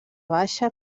baixa